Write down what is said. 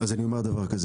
אז אני אומר דבר כה,